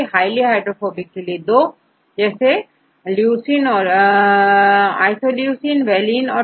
यदि highly hydrophobic हो तो 2 जैसेisoleucine leucine valine or tryptophan